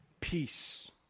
peace